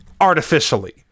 artificially